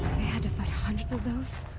had to fight hundreds of those.